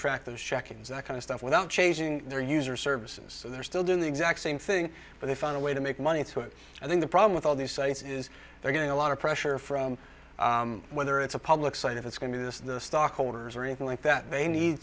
track those check ins that kind of stuff without changing their user services so they're still doing the exact same thing but they found a way to make money it's what i think the problem with all these sites is they're getting a lot of pressure from whether it's a public site if it's going to the stockholders or anything like that they need